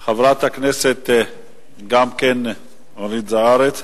אז גם חברת הכנסת אורית זוארץ.